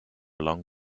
long